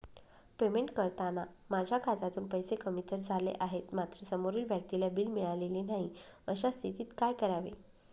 Payment करताना माझ्या खात्यातून पैसे कमी तर झाले आहेत मात्र समोरील व्यक्तीला बिल मिळालेले नाही, अशा स्थितीत काय करावे?